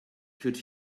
could